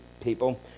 people